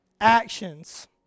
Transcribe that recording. actions